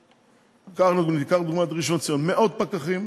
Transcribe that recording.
ניקח לדוגמה את ראשון-לציון: מאות פקחים,